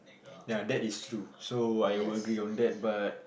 ya that is true so I will agree that but